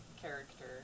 character